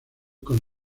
con